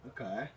Okay